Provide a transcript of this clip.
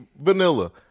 vanilla